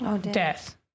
death